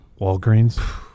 walgreens